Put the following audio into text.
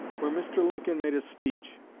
where mr. lincoln made a speech.